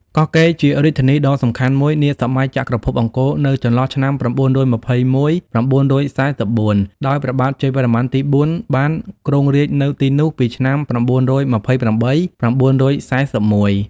កោះកេរជារាជធានីដ៏សំខាន់មួយ នាសម័យចក្រភពអង្គរនៅចន្លោះឆ្នាំ៩២១-៩៤៤ ដោយព្រះបាទជ័យវរ្ម័នទី៤ បានគ្រងរាជនៅទីនោះពីឆ្នាំ៩២៨-៩៤១ ។